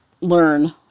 learn